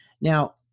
Now